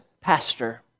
pastor